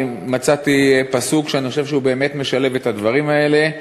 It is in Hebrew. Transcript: אני מצאתי פסוק שאני חושב שהוא באמת משלב את הדברים האלה,